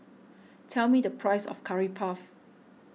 tell me the price of Curry Puff